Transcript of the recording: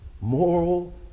moral